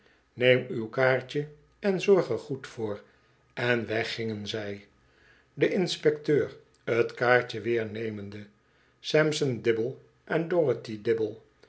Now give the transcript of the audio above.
neem uw kaartje en zorg er goed voor en weg gingen zij de inspecteur t kaartje weer nemende sampson dibble en